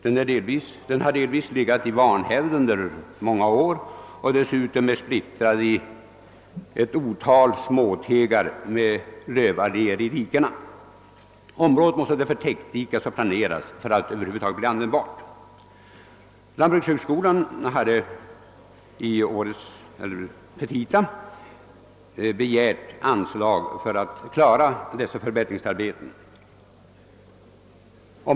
Den har under många år delvis legat i vanhävd och är dessutom splittrad på ett otal småtegar med lövalléer längs dikena. Området måste täckdikas och planeras för att över huvud taget bli användbart. Lantbrukshögskolan har i årets petita begärt anslag för att kunna genomföra förbättringsarbetena.